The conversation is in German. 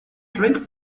drink